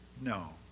No